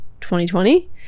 2020